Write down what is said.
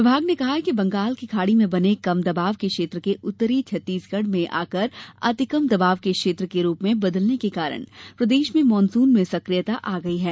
विभाग ने कहा है कि बंगाल की खाडी में बने कम दबाव के क्षेत्र के उत्तरी छत्तीसगढ में आकर अति कम दबाव के क्षेत्र के रूप में बदलने के कारण प्रदेश में मानसून में सक्रियता आ गई है